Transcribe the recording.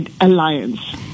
alliance